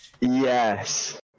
Yes